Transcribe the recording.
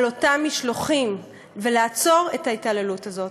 אותם משלוחים ולעצור את ההתעללות הזאת.